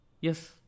Yes